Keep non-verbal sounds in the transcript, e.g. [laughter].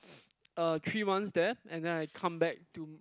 [noise] uh three months there and then I come back to